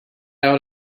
out